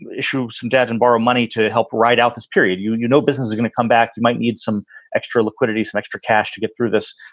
issue some debt and borrow money to help ride out this period and, you know, business is going to come back. you might need some extra liquidity, some extra cash to get through this.